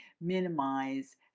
minimize